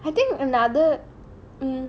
I think another um